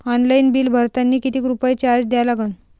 Online bill भरतानी कितीक रुपये चार्ज द्या लागन?